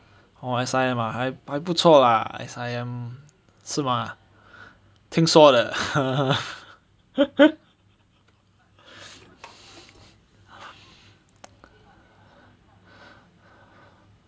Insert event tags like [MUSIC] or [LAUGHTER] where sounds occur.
oh S_I_M ah 还还不错 lah S_I_M 是吗听说的 [LAUGHS]